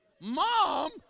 Mom